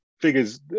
figures